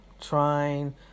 Trying